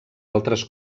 altres